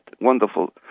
wonderful